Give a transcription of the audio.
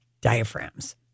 diaphragms